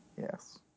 Yes